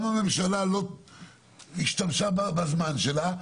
גם הממשלה לא השתמשה בזמן שלה,